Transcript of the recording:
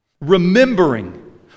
Remembering